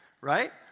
Right